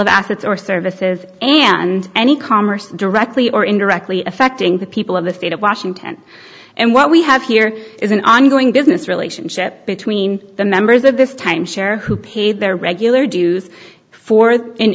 of assets or services and any commerce directly or indirectly affecting the people of the fate of washington and what we have here is an ongoing business relationship between the members of this timeshare who paid their regular dues for